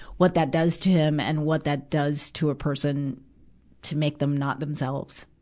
what that does to him and what that does to a person to make them not themselves.